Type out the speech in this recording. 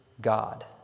God